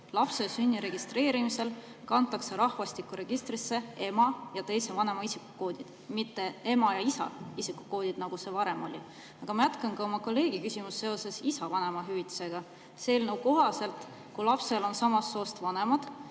lapse sünni registreerimisel kantakse rahvastikuregistrisse ema ja teise vanema isikukood, mitte ema ja isa isikukood, nagu see varem oli. Aga ma jätkan oma kolleegi küsimust seoses isa vanemahüvitisega. Selle eelnõu kohaselt, kui lapsel on samast soost vanemad,